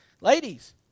Ladies